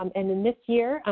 um and in this year,